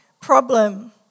problem